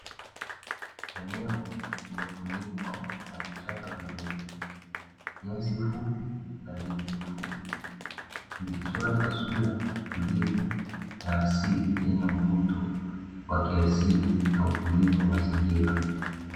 Eneo lililofunikwa na vichaka vidogo vidogo, nyasi fupi na miti mifupi, vikichora taswira ya utulivu na asili yenye mvuto wa kiasili na utulivu wa mazingira.